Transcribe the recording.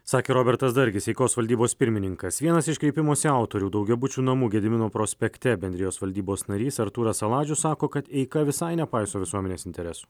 sakė robertas dargis eikos valdybos pirmininkas vienas iš kreipimosi autorių daugiabučių namų gedimino prospekte bendrijos valdybos narys artūras saladžius sako kad eika visai nepaiso visuomenės interesų